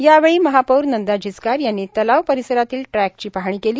यावेळी महापौर नंदा जिचकार यांनी तलाव परिसरातील ट्रॅकची पाहणी केली